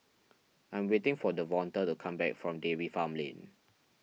I am waiting for Devonta to come back from Dairy Farm Lane